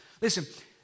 Listen